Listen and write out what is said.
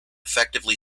effectively